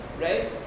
right